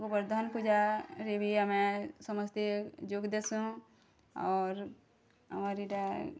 ଗୋବର୍ଦ୍ଧନ ପୂଜାରେ ବି ଆମେ ସମସ୍ତେ ଯୋଗ ଦେସୁଁ ଅର୍ ଆମର୍ ଇଟା